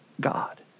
God